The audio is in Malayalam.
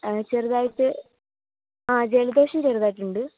ചെറുതായിട്ട് അ ജലദോഷം ചെറുതായിട്ട് ഉണ്ട്